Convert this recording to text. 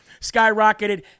skyrocketed